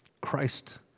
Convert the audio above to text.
Christ